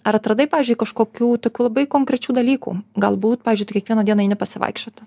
ar atradai pavyzdžiui kažkokių tokių labai konkrečių dalykų galbūt pavyzdžiui tu kiekvieną dieną eini pasivaikščioti